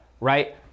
right